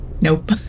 Nope